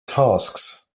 tasks